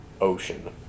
ocean